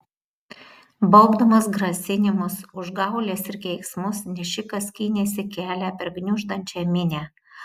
baubdamas grasinimus užgaules ir keiksmus nešikas skynėsi kelią per gniuždančią minią